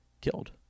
killed